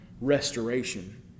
restoration